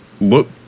look